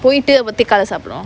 போய்ட்டு:poyittu